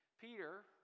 Peter